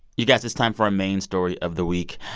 you guys, it's time for our main story of the week.